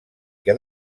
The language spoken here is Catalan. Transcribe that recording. que